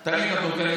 אתה יודע,